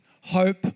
hope